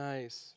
Nice